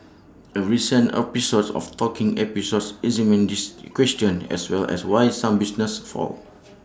A recent episode of talking episode examined this question as well as why some businesses fail